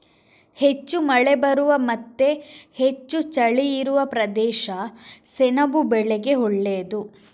ಹೆಚ್ಚು ಮಳೆ ಬರುವ ಮತ್ತೆ ಹೆಚ್ಚು ಚಳಿ ಇರುವ ಪ್ರದೇಶ ಸೆಣಬು ಬೆಳೆಗೆ ಒಳ್ಳೇದು